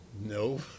No